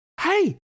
Hey